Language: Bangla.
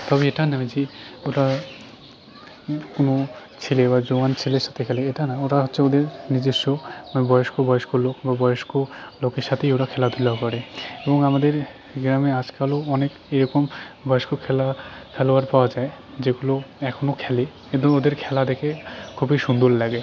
তবে এটা নয় যে ওটা কোনো ছেলে বা জোয়ান ছেলের সাথে খেলে এটা না ওরা হচ্ছে ওদের নিজস্ব বয়স্ক বয়স্ক লোক বা বয়স্ক লোকের সাথেই ওরা খেলাধূলা করে এবং আমাদের গ্রামে আজকালও অনেক এরকম বয়স্ক খেলা খেলোয়াড় পাওয়া যায় যেগুলো এখনো খেলে কিন্তু ওদের খেলা দেখে খুবই সুন্দর লাগে